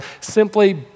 simply